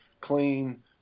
clean